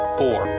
four